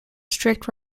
strict